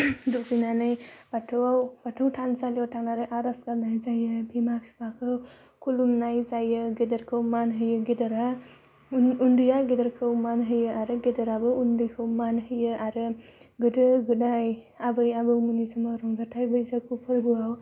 दुगैनानै बाथौवाव बाथौ थानसालियाव थांनानै आर'ज गाबनाय जायो बिमा फिफाखौ खुलुमनाय जायो गेदेरखौ मान होयो गेदेरा उन्दैया गेदेरखौ मान होयो आरो गेदेराबो उन्दैखौ मान होयो आरो गोदो गोदाय आबै आबौमोननि समाव रंजाथाइ बैसागु फोरबोआव